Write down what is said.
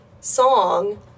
song